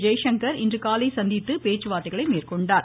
ஜெயசங்கர் இன்றுகாலை சந்தித்து பேச்சுவார்தை மேற்கொண்டார்